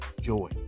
joy